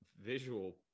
visual